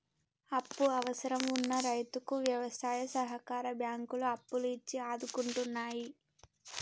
అప్పు అవసరం వున్న రైతుకు వ్యవసాయ సహకార బ్యాంకులు అప్పులు ఇచ్చి ఆదుకుంటున్నాయి